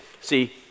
See